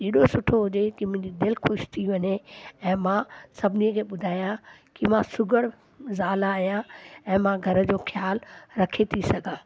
एॾो सुठो हुजे कि मुंहिंजी दिलि ख़ुशि थी वञे ऐं मां सभिनी खे ॿुधायां की मां शुगर ज़ालि आहियां ऐं मां घर जो ख़्यालु रखे थी सघां